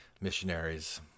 missionaries